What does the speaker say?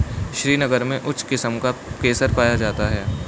श्रीनगर में उच्च किस्म का केसर पाया जाता है